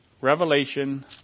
revelation